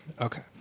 Okay